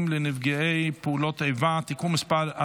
לנפגעי פעולות איבה (תיקון מס' 43),